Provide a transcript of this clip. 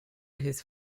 his